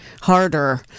harder